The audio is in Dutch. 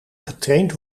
getraind